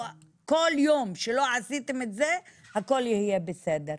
כל יום שלא עשיתם את זה הכול יהיה בסדר.